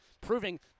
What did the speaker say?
proving